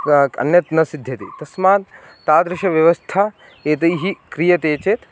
अन्यत् न सिध्यति तस्मात् तादृशव्यवस्था एतैः क्रियते चेत्